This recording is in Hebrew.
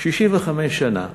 65 שנה,